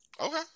Okay